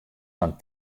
fan